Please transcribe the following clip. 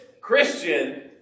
Christian